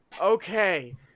okay